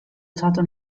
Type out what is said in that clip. usato